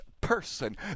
person